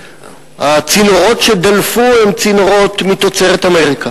הצינורות שדלפו הם צינורות מתוצרת אמריקה